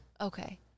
okay